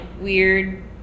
weird